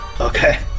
Okay